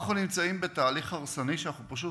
אנחנו נמצאים בתהליך הרסני שאנחנו פשוט